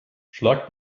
schlagt